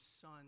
son